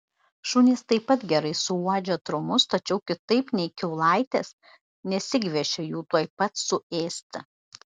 šunys taip pat gerai suuodžia trumus tačiau kitaip nei kiaulaitės nesigviešia jų tuoj pat suėsti